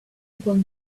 upon